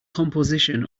composition